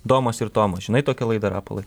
domas ir tomas žinai tokią laidą rapolai